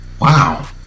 Wow